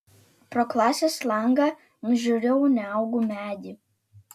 pro klasės langą nužiūrėjau neaugų medį